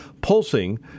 pulsing